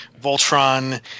Voltron